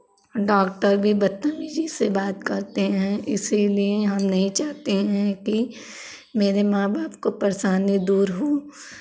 doctor भी बदतमीज़ी से बात करते हैं इसीलिए हम नहीं चाहते हैं कि मेरे माँ बाप को परेशानी दूर हो